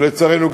ולצערנו,